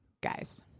Guys